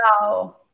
wow